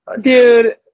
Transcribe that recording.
Dude